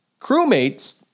crewmates